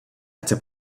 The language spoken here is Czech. chce